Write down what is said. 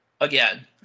Again